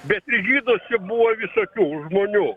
bet i žydų buvo visokių žmonių